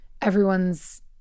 everyone's